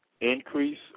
increase